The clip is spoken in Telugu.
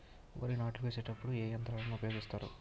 వరి నాట్లు వేసేటప్పుడు ఏ యంత్రాలను ఉపయోగిస్తారు?